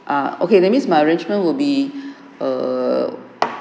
uh okay that means my arrangement will be err